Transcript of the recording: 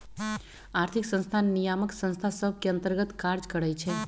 आर्थिक संस्थान नियामक संस्था सभ के अंतर्गत काज करइ छै